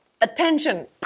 attention